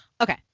okay